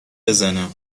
بزنماینا